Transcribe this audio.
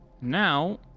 now